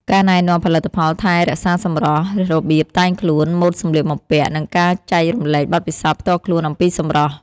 ការណែនាំផលិតផលថែរក្សាសម្រស់ របៀបតែងខ្លួន ម៉ូតសម្លៀកបំពាក់ និងការចែករំលែកបទពិសោធន៍ផ្ទាល់ខ្លួនអំពីសម្រស់។